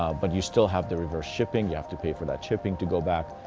um but you still have the reverse shipping. you have to pay for that shipping to go back.